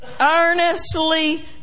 earnestly